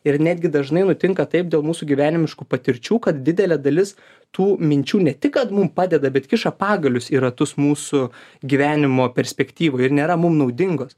ir netgi dažnai nutinka taip dėl mūsų gyvenimiškų patirčių kad didelė dalis tų minčių ne tik kad mum padeda bet kiša pagalius į ratus mūsų gyvenimo perspektyvoj ir nėra mum naudingos